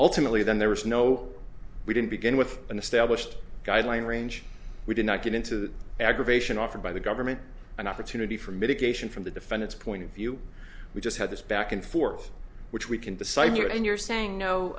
ultimately then there was no we didn't begin with an established guideline range we did not get into the aggravation offered by the government an opportunity for mitigation from the defendant's point of view we just had this back and forth which we can decide here and you're saying